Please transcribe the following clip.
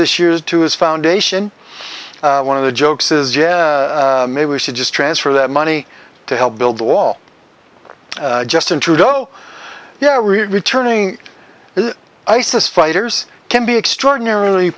this year to his foundation one of the jokes is maybe we should just transfer that money to help build the wall justin trudeau yeah returning it isis fighters can be extraordinarily